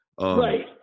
Right